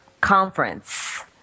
conference